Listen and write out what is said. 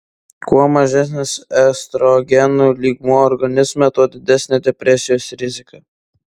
kuo mažesnis estrogenų lygmuo organizme tuo didesnė depresijos rizika